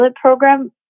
program